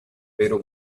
vero